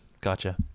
Gotcha